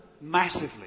massively